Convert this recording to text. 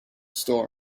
story